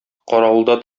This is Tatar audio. каравылда